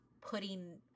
putting